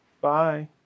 Bye